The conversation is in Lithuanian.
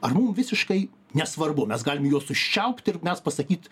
ar mum visiškai nesvarbu mes galim juos užčiaupt ir mes pasakyt